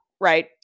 right